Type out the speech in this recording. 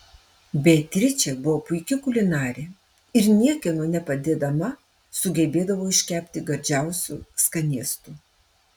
beatričė buvo puiki kulinarė ir niekieno nepadedama sugebėdavo iškepti gardžiausių skanėstų